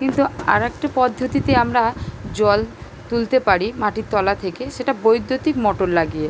কিন্তু আরেকটি পদ্ধতিতে আমরা জল তুলতে পারি মাটির তলা থেকে সেটা বৈদ্যুতিক মোটর লাগিয়ে